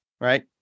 Right